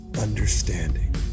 understanding